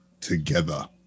together